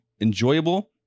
enjoyable